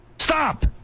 stop